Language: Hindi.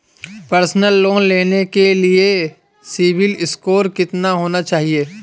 पर्सनल लोंन लेने के लिए सिबिल स्कोर कितना होना चाहिए?